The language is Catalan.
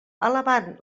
alabant